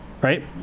right